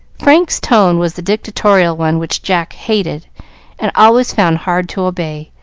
frank's tone was the dictatorial one, which jack hated and always found hard to obey,